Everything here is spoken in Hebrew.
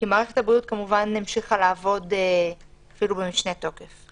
כי מערכת הבריאות כמובן המשיכה לעבוד אפילו במשנה תוקף.